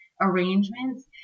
arrangements